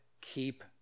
keep